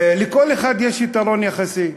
לכל אחד יש יתרון יחסי,